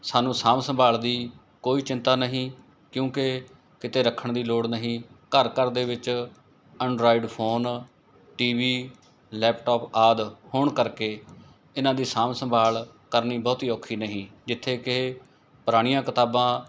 ਸਾਨੂੰ ਸਾਂਭ ਸੰਭਾਲ ਦੀ ਕੋਈ ਚਿੰਤਾ ਨਹੀਂ ਕਿਉਂਕਿ ਕਿਤੇ ਰੱਖਣ ਦੀ ਲੋੜ ਨਹੀਂ ਘਰ ਘਰ ਦੇ ਵਿੱਚ Android phone T V laptop ਆਦਿ ਹੋਣ ਕਰਕੇ ਇਹਨਾਂ ਦੀ ਸਾਂਭ ਸੰਭਾਲ ਕਰਨੀ ਬਹੁਤੀ ਔਖੀ ਨਹੀਂ ਜਿੱਥੇ ਕਿ ਪੁਰਾਣੀਆਂ ਕਿਤਾਬਾਂ